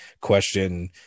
question